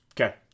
Okay